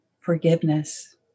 forgiveness